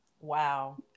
Wow